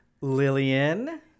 Lillian